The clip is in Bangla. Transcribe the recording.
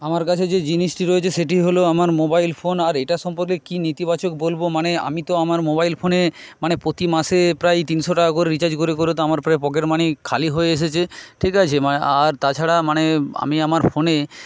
আমার কাছে যে জিনিসটি রয়েছে সেটি হল আমার মোবাইল ফোন আর এইটা সম্পর্কে কী নেতিবাচক বলব মানে আমি তো আমার মোবাইল ফোনে মানে প্রতি মাসে প্রায় তিনশো টাকা করে রিচার্জ করে করে তো আমার প্রায় পকেটমানি খালি হয়ে এসেছে ঠিক আছে মানে আ আর তাছাড়া মানে আমি আমার ফোনে